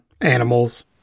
animals